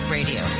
Radio